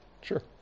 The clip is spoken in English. sure